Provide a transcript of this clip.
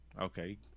Okay